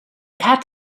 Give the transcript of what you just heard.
cat